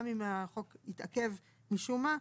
גם אם החוק יתעכב משום מה,